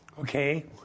okay